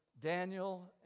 Daniel